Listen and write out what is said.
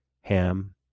Ham